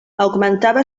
augmentava